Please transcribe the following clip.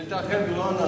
רצוני לשאול: